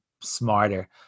smarter